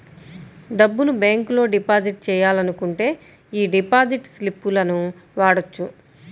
డబ్బును బ్యేంకులో డిపాజిట్ చెయ్యాలనుకుంటే యీ డిపాజిట్ స్లిపులను వాడొచ్చు